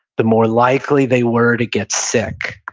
the more likely they were to get sick,